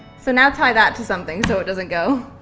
so now tie that to something, so it doesn't go.